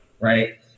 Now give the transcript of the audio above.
right